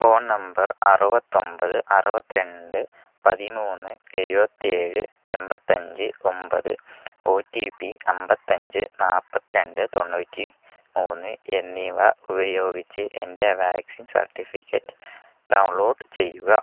phone number അറുപത്തൊന്ന് അറുപത്തിരണ്ട് പതിമൂന്ന് എഴുപത്തേഴ് എമ്പത്തഞ്ച് ഒമ്പത് ഒ ടി പി അമ്പത്തഞ്ച് നാൽപ്പത്തിരണ്ട് തൊണ്ണൂറ്റി മൂന്ന് എന്നിവ ഉപയോഗിച്ച് എൻ്റെ വാക്സിൻ സർട്ടിഫിക്കറ്റ് ഡൗൺലോഡ് ചെയ്യുക